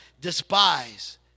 despise